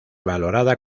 valorada